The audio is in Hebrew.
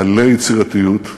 מלא יצירתיות,